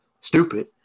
stupid